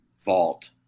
vault